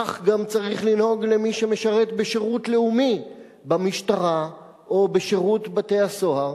כך גם צריך לנהוג במי שמשרת בשירות לאומי במשטרה או בשירות בתי-הסוהר,